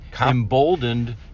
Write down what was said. emboldened